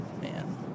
Man